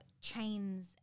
chains